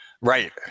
right